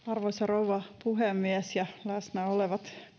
arvoisa rouva puhemies ja läsnä olevat